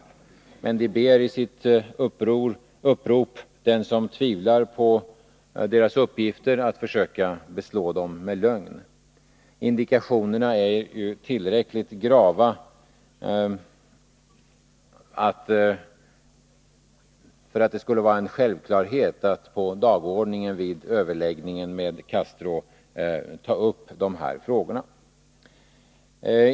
Men de ber i sitt upprop den som tvivlar på deras uppgifter att försöka beslå dem med lögn. Indikationerna är tillräckligt grava för att det skall vara en självklarhet att på dagordningen vid överläggningarna med Fidel Castro ta upp dessa frågor.